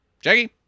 Jackie